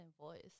voice